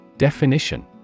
Definition